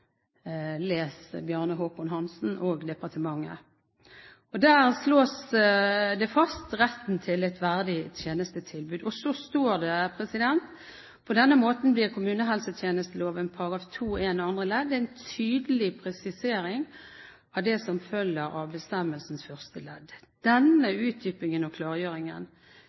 les Bjarne Håkon Hanssen og departementet – var 100 pst. enige om. Der slås retten til et verdig tjenestetilbud fast. Så står det: «På denne måten blir kommunehelsetjenesteloven § 2-1 annet ledd en tydelig presisering av det som følger av bestemmelsens første ledd. Denne utdypingen og